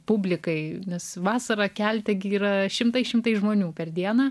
publikai nes vasarą kelte gi yra šimtai šimtai žmonių per dieną